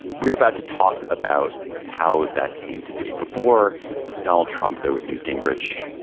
we're about to talk about how that came to be before donald trump. there was newt gingrich.